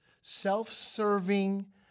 self-serving